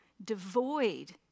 devoid